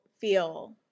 feel